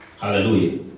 Hallelujah